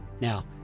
now